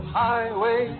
highway